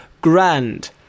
grand